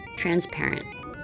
transparent